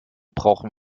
brauchen